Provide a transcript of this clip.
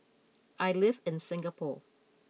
I live in Singapore